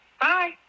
Bye